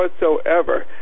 whatsoever